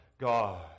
God